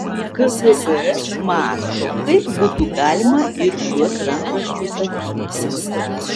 kgb mąsto kaip būtų galima ir šiuos rankraščius atimti